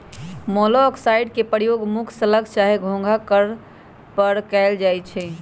मोलॉक्साइड्स के प्रयोग मुख्य स्लग चाहे घोंघा पर कएल जाइ छइ